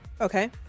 okay